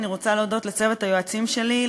אני רוצה להודות לצוות היועצים שלי,